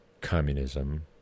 communism